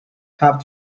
have